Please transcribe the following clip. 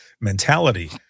mentality